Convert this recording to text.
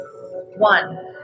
one